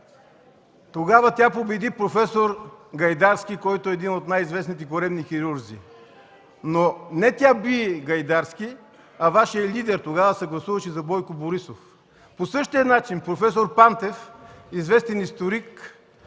Тогава тя победи проф. Гайдарски – един от най-известните коремни хирурзи. Не тя би обаче Гайдарски, а Вашият лидер – тогава се гласуваше за Бойко Борисов. По същия начин проф. Пантев – известен историк